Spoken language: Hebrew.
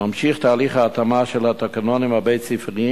ממשיך תהליך ההתאמה של התקנונים הבית-ספריים